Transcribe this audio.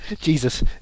Jesus